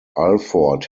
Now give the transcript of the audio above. alford